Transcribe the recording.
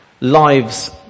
lives